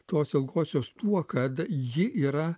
tos ilgosios tuo kad ji yra